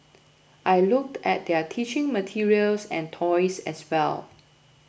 I looked at their teaching materials and toys as well